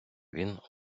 він